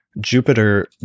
Jupiter